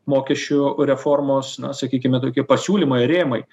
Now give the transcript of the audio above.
mokesčių reformos na sakykime tokie pasiūlymai rėmai